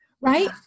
right